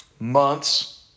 Months